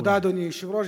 תודה, אדוני היושב-ראש.